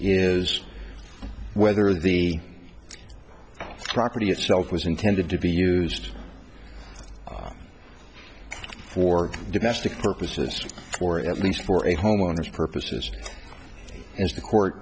is whether the property itself was intended to be used for domestic purposes or at least for a home owner's purposes as the court